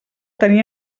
tenir